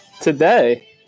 Today